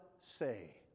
say